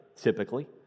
typically